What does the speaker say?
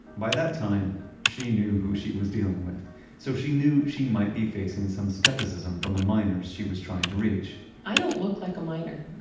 by that time she knew who she was dealing with so she knew she might be facing some skepticism from the miners she was trying to reach i don't look like a miner.